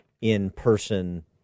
in-person